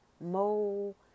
mole